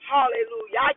Hallelujah